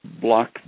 block